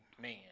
man